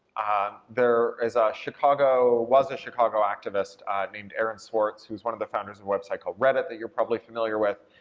there is ah a chicago, was a chicago activist named aaron swartz, who's one of the founders of the website called reddit that you're probably familiar with.